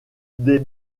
des